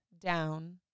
Down